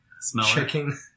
smelling